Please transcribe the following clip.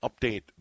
update